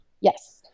Yes